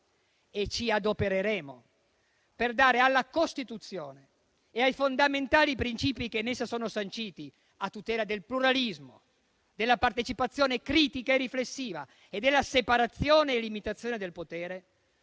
e ci adopereremo per dare alla Costituzione e ai fondamentali principi che in essa sono sanciti, a tutela del pluralismo, della partecipazione critica e riflessiva e della separazione e limitazione del potere,